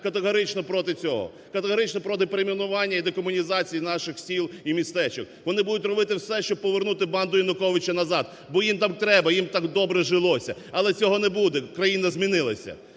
категорично проти цього, категорично проти перейменування і декомунізації наших сіл і містечок. Вони будуть робити все, щоби повернути банду Януковича назад, бо їм так треба, їм так добре жилося. Але цього не буде: країна змінилася.